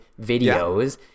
videos